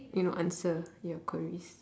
you know answer your queries